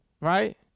right